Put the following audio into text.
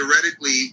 theoretically